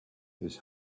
his